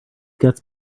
gets